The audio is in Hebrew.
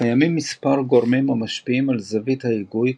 קיימים מספר גורמים המשפיעים על זווית ההיגוי,